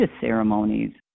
ceremonies